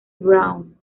brown